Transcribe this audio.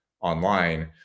online